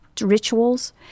rituals